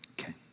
Okay